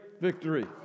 victory